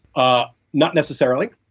ah not necessarily